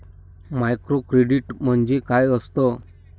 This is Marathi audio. मायक्रोक्रेडिट म्हणजे काय असतं?